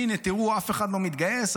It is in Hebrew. הינה, תראו, אף אחד לא מתגייס.